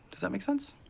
does that make sense.